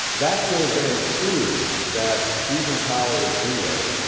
that will then prove that fusion power is real,